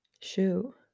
shoe